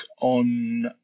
on